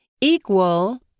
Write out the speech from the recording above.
Equal